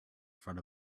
front